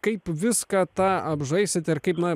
kaip viską tą apžaisite ir kaip na